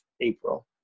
April